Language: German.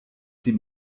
die